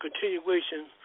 continuation